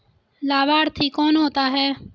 लाभार्थी कौन होता है?